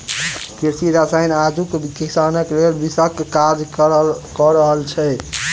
कृषि रसायन आजुक किसानक लेल विषक काज क रहल छै